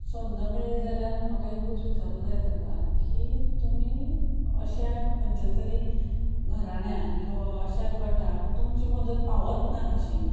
संद मेळी जाल्यार म्हाका एकूच विचारूंक जाय ताका की तुमी अशा खंयच्या तरी घराण्यांक किंवां अशा घटकाक तुमची मदत पावत ना कशी